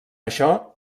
això